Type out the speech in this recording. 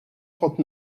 trente